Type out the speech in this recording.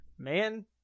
Man